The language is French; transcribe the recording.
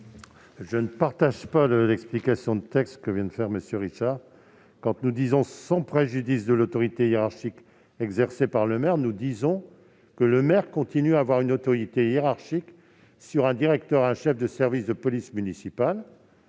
Je ne partage pas l'explication de texte que vient de faire M. Richard. « Sans préjudice de l'autorité hiérarchique exercée par le maire » signifie que le maire continue à avoir une autorité hiérarchique sur le directeur et sur le chef de service de police municipale.